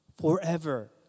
Forever